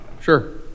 Sure